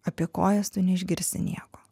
apie kojas tu neišgirsi nieko